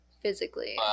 Physically